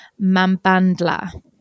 Mambandla